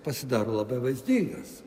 pasidaro labai vaizdingas